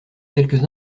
quelques